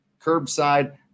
curbside